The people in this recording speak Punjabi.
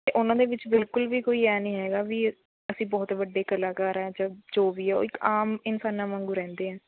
ਅਤੇ ਉਹਨਾਂ ਦੇ ਵਿੱਚ ਬਿਲਕੁੱਲ ਵੀ ਕੋਈ ਐਂ ਨੀ ਹੈਗਾ ਵੀ ਅਸੀਂ ਬਹੁਤ ਵੱਡੇ ਕਲਾਕਾਰ ਹਾਂ ਜਾਂ ਜੋ ਵੀ ਹੈ ਉਹ ਇੱਕ ਆਮ ਇਨਸਾਨਾਂ ਵਾਂਗੂ ਰਹਿੰਦੇ ਹੈ